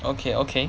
okay okay